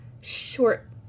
short